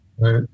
Right